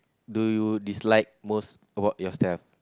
do you dislike most about yourself